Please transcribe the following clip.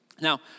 Now